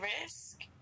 risk